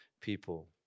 people